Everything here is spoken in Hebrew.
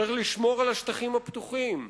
צריך לשמור על השטחים הפתוחים,